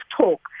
talk